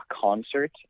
concert